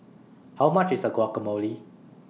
How much IS A Guacamole